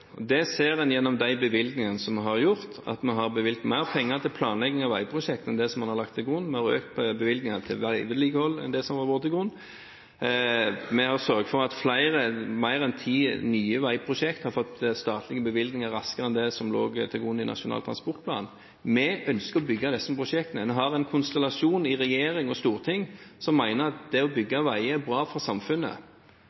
Det ser en på de bevilgningene vi har foretatt, at vi har bevilget mer penger til planlegging av veiprosjektene enn det man har lagt til grunn. Vi har også økt bevilgningene til veivedlikehold i forhold til det som var lagt til grunn. Vi har sørget for at flere enn ti nye veiprosjekter har fått statlige bevilgninger raskere enn det som lå til grunn i Nasjonal transportplan. Vi ønsker å bygge disse prosjektene. En har en konstellasjon i regjering og storting som mener at det å bygge veier er bra for samfunnet.